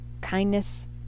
kindness